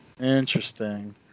Interesting